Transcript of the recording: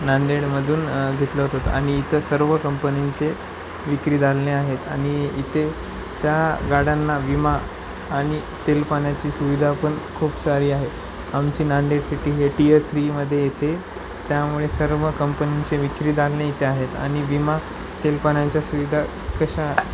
नांदेडमधून घेतलं होतं आणि इथं सर्व कंपनींचे विक्री दालने आहेत आणि इथे त्या गाड्यांना विमा आणि तेलपाण्याची सुविधा पण खूप सारी आहे आमची नांदेड सिटी हे टीयर थ्रीमध्ये येते त्यामुळे सर्व कंपनींचे विक्री दालने इथे आहेत आणि विमा तेलपाण्यांच्या सुविधा कशा